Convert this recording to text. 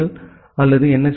B அல்லது என்